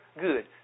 good